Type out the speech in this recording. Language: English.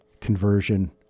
conversion